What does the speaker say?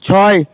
ছয়